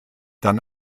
dann